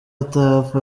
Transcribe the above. atapfa